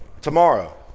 Tomorrow